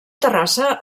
terrassa